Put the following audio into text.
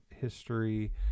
history